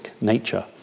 nature